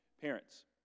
parents